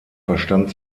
verstand